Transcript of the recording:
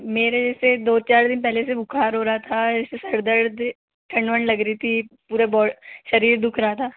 मुझे दो चार दिन पहले से बुखार हो रहा था ऐसे सिर दर्द ठंड वंड लग रही थी पूरा बो शरीर दुख रहा था